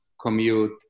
commute